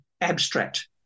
abstract